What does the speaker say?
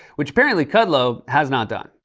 which apparently kudlow has not done.